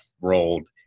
rolled